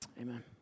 amen